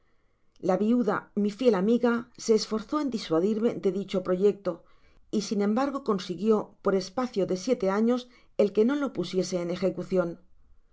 la viuda mi fiel amiga se esforzó en disuadirme de dicho proyecto y sin embargo consiguió por espa cio de siete años el que no lo pusiese en ejecucion